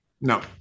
no